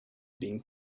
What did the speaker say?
being